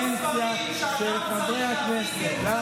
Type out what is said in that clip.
באינטליגנציה של חבר הכנסת?